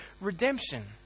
redemption